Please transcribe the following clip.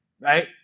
right